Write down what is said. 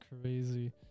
crazy